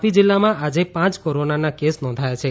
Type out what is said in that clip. તાપી જિલ્લામાં આજે પાંચ કોરોનાના કેસ નોંધાયા છે